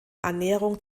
annäherung